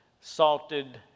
salted